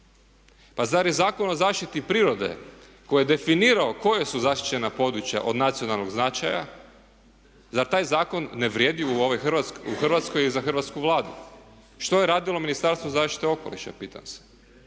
Pa zar je Zakon o zaštiti prirode koji je definirao koja su zaštićena područja od nacionalnog značaja, zar taj zakon ne vrijedi u ovoj Hrvatskoj i za Hrvatsku Vladu. Što je radilo Ministarstvo zaštite okoliša, pitam se.